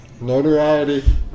Notoriety